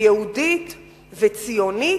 יהודית וציונית.